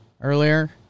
earlier